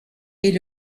est